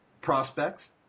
prospects